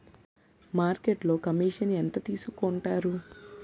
మార్కెట్లో కమిషన్ ఎంత తీసుకొంటారు?